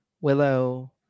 willow